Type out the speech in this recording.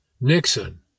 Nixon